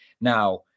now